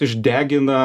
išdegina dažus